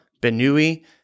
Benui